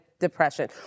depression